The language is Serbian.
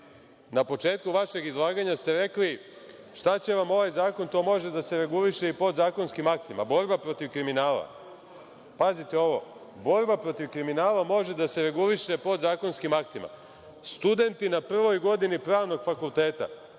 na početku vašeg izlaganja ste rekli - šta će vam ovaj zakon, to može da se reguliše i podzakonskim aktima. Borba protiv kriminala? Pazite ovo - borba protiv kriminala može da se reguliše podzakonskim aktima. Studenti na prvoj godini pravnog fakulteta